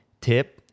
tip